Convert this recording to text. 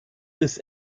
ist